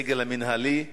בסגל המינהלי,